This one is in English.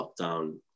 lockdown